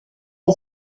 est